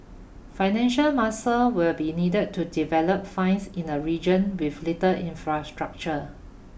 financial muscle will be needed to develop finds in the region with little infrastructure